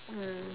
mm